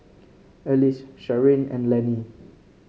Ellis Sharyn and Lanny